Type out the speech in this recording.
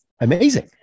Amazing